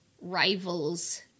rivals